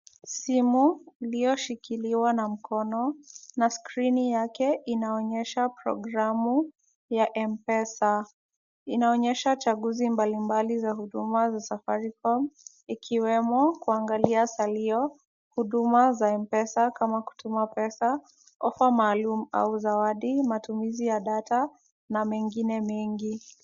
Simu iliyoshikiliwa na mkono na skrini yake inaonyesha programu ya M-Pesa. Inaonyesha chaguzi mbalimbali za huduma za safaricom ikiwemo; kuangalia salio, huduma za M-Pesa kama kutuma pesa, ofa maalum au zawadi, matumizi ya data na mengine mengi.